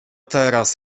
teraz